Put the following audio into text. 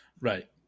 Right